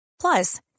Plus